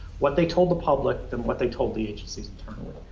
what they told the public, than what they told the agencies internally.